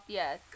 yes